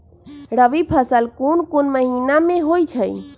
रबी फसल कोंन कोंन महिना में होइ छइ?